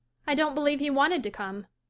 i don't believe he wanted to come.